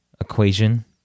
equation